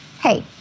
hey